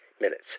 minutes